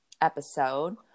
episode